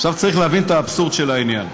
עכשיו צריך להבין את האבסורד של העניין.